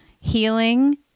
healing